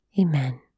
Amen